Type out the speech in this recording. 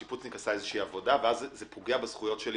הוא עשה עבודה, וזה פוגע בזכויות שלי